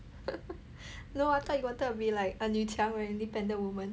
no I thought you wanted to be like a 女强人 a independent woman